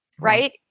Right